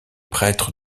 prêtre